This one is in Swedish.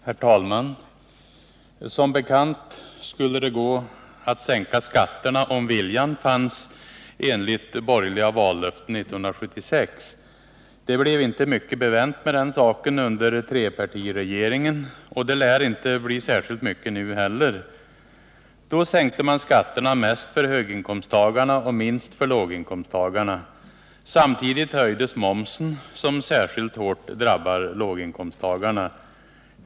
Herr talman! Som bekant skulle det gå att sänka skatterna om viljan fanns, enligt borgerliga vallöften 1976. Det blev inte mycket bevänt med den saken under trepartiregeringen, och det lär inte bli särskilt mycket nu heller. Då sänkte man skatterna mest för höginkomsttagarna och minst för låginkomsttagarna. Samtidigt höjdes momsen, som särskilt hårt drabbar låginkomsttagarna.